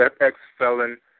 ex-felon